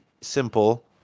simple